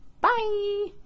Bye